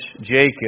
Jacob